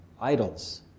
idols